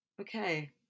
Okay